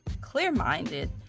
clear-minded